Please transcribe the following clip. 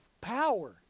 power